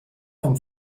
vom